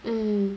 mm